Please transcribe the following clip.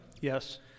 Yes